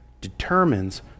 determines